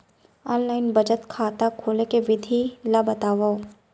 Online बचत खाता खोले के विधि ला बतावव?